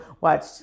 watch